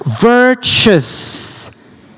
virtuous